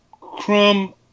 crumb